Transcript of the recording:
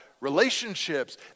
relationships